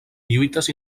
lluites